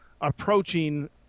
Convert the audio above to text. approaching